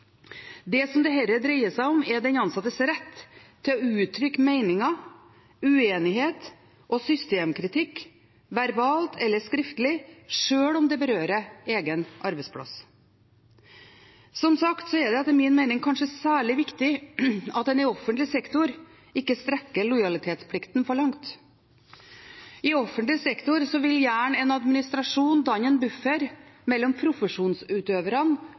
Det dette dreier seg om, er den ansattes rett til å uttrykke meninger, uenighet og systemkritikk verbalt eller skriftlig, sjøl om det berører egen arbeidsplass. Som sagt er det etter min mening kanskje særlig viktig at en i offentlig sektor ikke strekker lojalitetsplikten for langt. I offentlig sektor vil gjerne en administrasjon danne en buffer mellom profesjonsutøverne